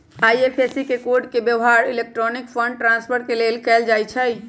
IFSC code के व्यव्हार electronic fund transfer के लेल कएल जाइ छइ